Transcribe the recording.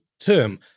term